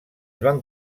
van